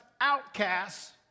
outcasts